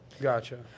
Gotcha